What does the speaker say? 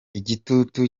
igitutu